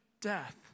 death